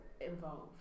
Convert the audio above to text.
involved